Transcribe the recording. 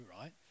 right